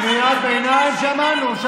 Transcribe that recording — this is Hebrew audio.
קריאת ביניים שמענו.